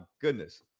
goodness